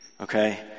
Okay